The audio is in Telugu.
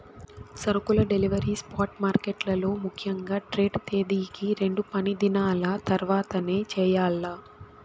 సరుకుల డెలివరీ స్పాట్ మార్కెట్లలో ముఖ్యంగా ట్రేడ్ తేదీకి రెండు పనిదినాల తర్వాతనే చెయ్యాల్ల